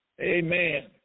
amen